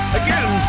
again